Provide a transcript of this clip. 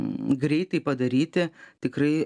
greitai padaryti tikrai